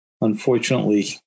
unfortunately